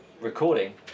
recording